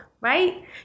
right